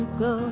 go